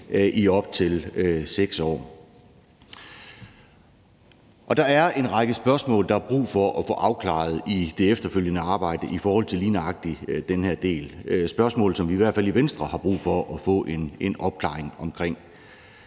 i op til 6 år, og der er en række spørgsmål, der er brug for at få afklaret i det efterfølgende arbejde i forhold til lige nøjagtig den her del. Det er spørgsmål, som vi i hvert fald i Venstre har brug for at få en opklaring omkring.